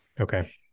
Okay